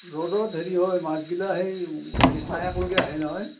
ৰ'দত হেৰি হয় মাছবিলাক এই হেই ছাঁ একেলগে আহে নহয়